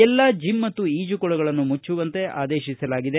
ಎಲ್ಲಾ ಜಿಮ್ ಮತ್ತು ಈಜುಕೊಳಗಳನ್ನು ಮುಚ್ಚುವಂತೆ ಆದೇಶಿಸಲಾಗಿದೆ